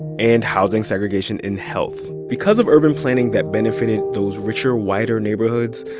and housing segregation in health. because of urban planning that benefited those richer, whiter neighborhoods,